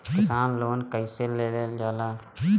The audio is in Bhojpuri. किसान लोन कईसे लेल जाला?